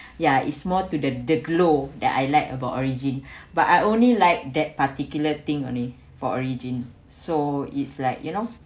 ya is more to the the glow that I like about origin but I only like that particular thing only for origin so it's like you know